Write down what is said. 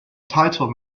title